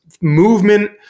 movement